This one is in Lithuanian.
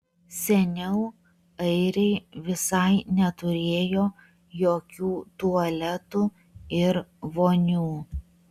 seniau airiai visai neturėjo jokių tualetų ir vonių